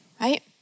right